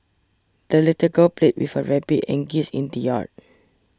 the little girl played with her rabbit and geese in the yard